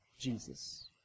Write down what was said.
Jesus